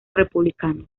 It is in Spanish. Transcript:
republicano